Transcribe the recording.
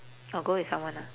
or go with someone lah